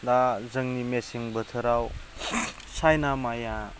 दा जोंनि मेसें बोथोराव चाइना माइआ